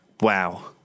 wow